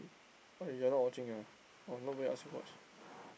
oh you not watching ah oh nobody ask you watch